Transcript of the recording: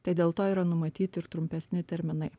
tai dėl to yra numatyti ir trumpesni terminai